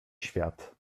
świat